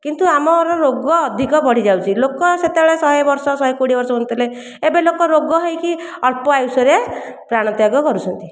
କିନ୍ତୁ ଆମର ରୋଗ ଅଧିକ ବଢ଼ିଯାଉଛି ଲୋକ ସେତବେଳେ ଶହେ ବର୍ଷ ଶହେ କୋଡ଼ିଏ ବର୍ଷ ବଞ୍ଚୁଥିଲେ ଏବେ ଲୋକ ରୋଗ ହୋଇକି ଅଳ୍ପ ଆୟୁଷରେ ପ୍ରାଣ ତ୍ୟାଗ କରୁଛନ୍ତି